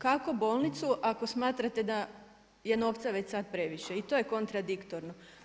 Kako bolnicu, ako smatrate da je novca već sad previše i to je kontradiktorno.